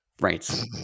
Right